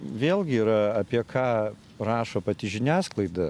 vėlgi yra apie ką rašo pati žiniasklaida